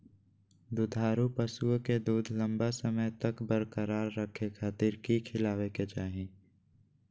दुधारू पशुओं के दूध लंबा समय तक बरकरार रखे खातिर की खिलावे के चाही?